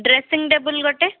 dressing table ଗୋଟେ